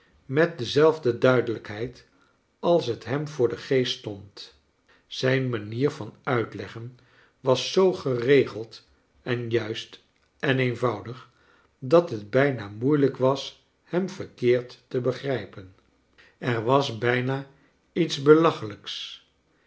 met dezelfde duidelijkheid als t hem voor den geest stond zijne manier van uitleggen was zoo geregeld en juist en eenvoudig dat het bijna moeilijk was hem verkeerd te begrijpen er was bijna lets belachelijks